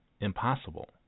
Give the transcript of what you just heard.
impossible